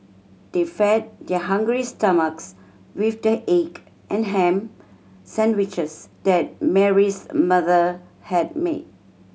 they fed their hungry stomachs with the egg and ham sandwiches that Mary's mother had made